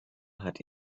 hat